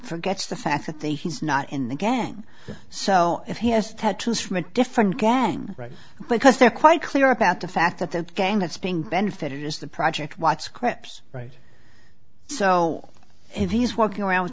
forgets the fact that they he's not in the game so if he has tattoos from a different gang right because they're quite clear about the fact that the gang that's being benefited is the project watch scripts right so if he's walking around with